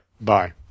bye